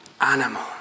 animal